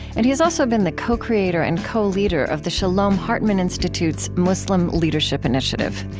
and he has also been the co-creator and co-leader of the shalom hartman institute's muslim leadership initiative.